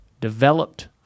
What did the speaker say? developed